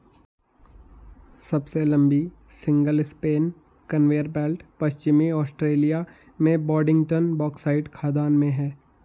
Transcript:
सबसे लंबी single span conveyor belt पश्चिमी ऑस्ट्रेलिया में बोडिंगटन बॉक्साइट खदान में है